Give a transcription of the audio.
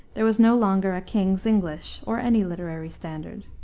there was no longer a king's english or any literary standard.